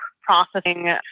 processing